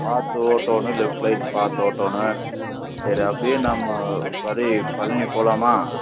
பார்த்து ஓட்டணும் left right பார்த்து ஓட்டணும் சரி அப்படியே நம்ம படி பழனி போகலாமா